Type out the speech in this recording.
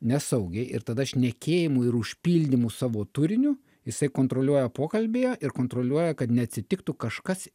nesaugiai ir tada šnekėjimu ir užpildymu savo turiniu jisai kontroliuoja pokalbyje ir kontroliuoja kad neatsitiktų kažkas